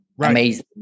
amazing